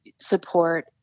Support